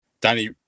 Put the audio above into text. Danny